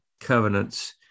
covenants